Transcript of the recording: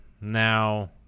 Now